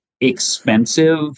expensive